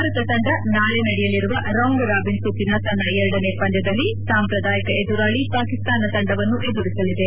ಭಾರತ ತಂಡ ನಾಳೆ ನಡೆಯಲಿರುವ ರೌಂಡ್ ರಾಬಿನ್ ಸುತ್ತಿನ ತನ್ನ ಎರಡನೇ ಪಂದ್ಲದಲ್ಲಿ ಸಾಂಪ್ರದಾಯಿಕ ಎದುರಾಳಿ ಪಾಕಿಸ್ತಾನ ತಂಡವನ್ನು ಎದುರಿಸಲಿದೆ